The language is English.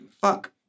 Fuck